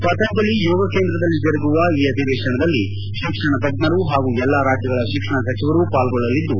ಪತಂಜಲಿ ಯೋಗಕೇಂದ್ರದಲ್ಲಿ ಜರುಗುವ ಈ ಅಧಿವೇಶನದಲ್ಲಿ ಶಿಕ್ಷಣ ತಜ್ಞರು ಹಾಗೂ ಎಲ್ಲಾ ರಾಜ್ಲಗಳ ಶಿಕ್ಷಣ ಸಚಿವರು ಪಾಲ್ಗೊಳ್ಳಲಿದ್ದು